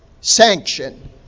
sanction